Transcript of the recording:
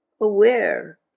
aware